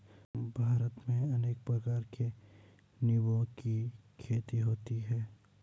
भारत में अनेक प्रकार के निंबुओं की खेती होती है